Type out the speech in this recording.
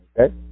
Okay